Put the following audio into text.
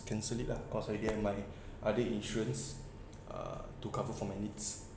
cancel it lah cause I get my other insurance uh to cover for my needs